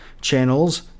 channels